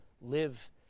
live